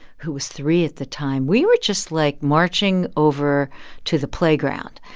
who was three at the time we were just, like, marching over to the playground.